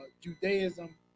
Judaism